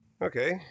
Okay